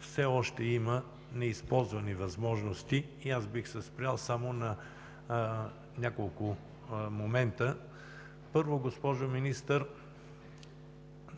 все още има неизползвани възможности. Бих се спрял само на няколко момента. Първо, госпожо Министър,